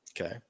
Okay